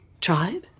Tried